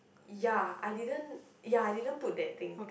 ya I didn't ya I didn't put that thing